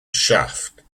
shaft